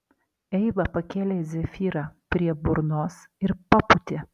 eiva pakėlė zefyrą prie burnos ir papūtė